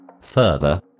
Further